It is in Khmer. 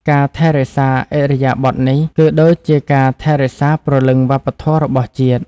ការរក្សាឥរិយាបថនេះ គឺដូចជាការថែរក្សាព្រលឹងវប្បធម៌របស់ជាតិ។